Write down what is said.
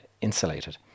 insulated